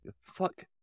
Fuck